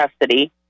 custody